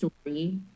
story